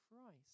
Christ